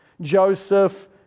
Joseph